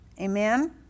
Amen